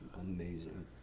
amazing